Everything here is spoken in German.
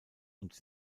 und